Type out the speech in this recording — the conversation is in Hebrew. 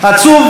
עצוב,